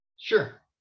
Sure